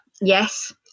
Yes